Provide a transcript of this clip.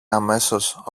αμέσως